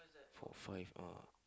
four five ah